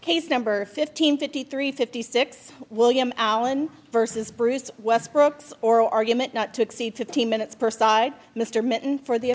case number fifteen fifty three fifty six william allen versus bruce westbrook oral argument not to exceed fifteen minutes per side mr mytton for the